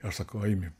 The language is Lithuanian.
aš sakau eimi